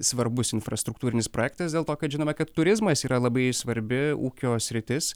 svarbus infrastruktūrinis projektas dėl to kad žinome kad turizmas yra labai svarbi ūkio sritis